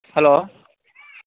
hello